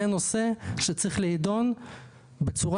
זה נושא שצריך להידון בצורה